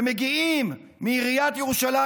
ומגיעים הפעם מעיריית ירושלים,